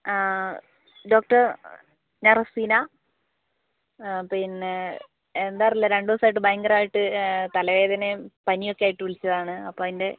ആ ഡോക്ടർ ഞാൻ റസീന പിന്നെ എന്താ അറീല്ല രണ്ട് ദിവസമായിട്ട് ഭയങ്കരമായിട്ട് തലവേദനയും പനിയൊക്കെ ആയിട്ട് വിളിച്ചതാണ് അപ്പോൾ അതിൻ്റെ